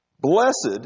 Blessed